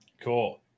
cool